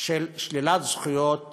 של שלילת זכויות